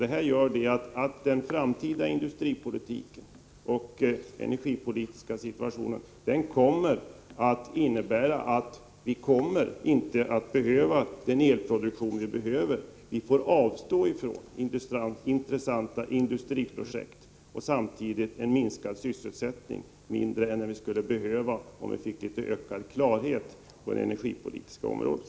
En sådan framtida industripolitisk och energipolitisk situation skulle innebära att vi inte kommer att få den elproduktion vi behöver. Vi får avstå från intressanta industriprojekt och får samtidigt en minskad sysselsättning, mindre än vi skulle behöva ha om vi fick en ökad klarhet på det energipolitiska området.